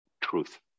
truth